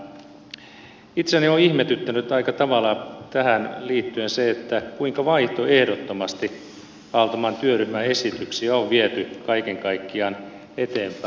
itseäni on ihmetyttänyt aika tavalla tähän liittyen se kuinka vaihtoehdottomasti aaltomaan työryhmän esityksiä on viety kaiken kaikkiaan eteenpäin